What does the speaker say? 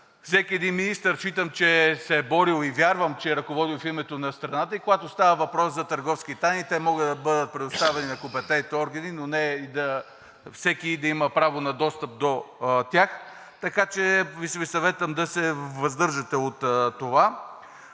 всеки един министър считам, че се е борил, и вярвам, че е ръководил в името на страната, и когато става въпрос за търговски тайни, те могат да бъдат предоставени на компетентните органи, но не всеки да има право на достъп до тях. Така че Ви съветвам да се въздържате от това.